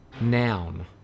noun